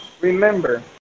remember